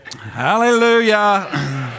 Hallelujah